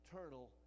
eternal